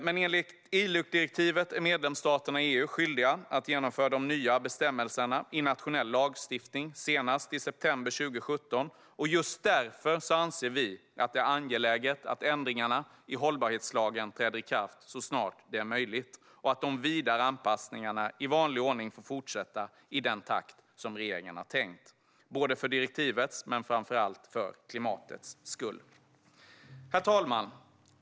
Men enligt ILUC-direktivet är medlemsstaterna i EU skyldiga att genomföra de nya bestämmelserna i nationell lagstiftning senast i september 2017. Just därför anser vi att det är angeläget att ändringarna i hållbarhetslagen träder i kraft så snart det är möjligt och att de vidare anpassningarna i vanlig ordning får fortsätta i den takt som regeringen har tänkt, för direktivets skull men framför allt för klimatets skull. Herr talman!